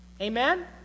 Amen